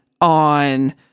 on